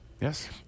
Yes